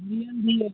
নিয়ে